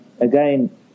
again